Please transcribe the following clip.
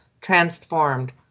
transformed